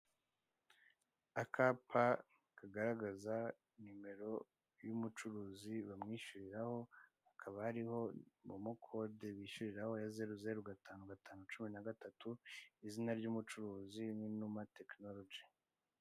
Akapa kagaragaza nimero y'umucuruzi bamwishyuriraho, hakaba hariho koko kode bishyuriraho ya zeru zeru gatanu cumi na gatatu. Izina ry'umucuruzi ni numa tekinoloji.